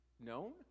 Known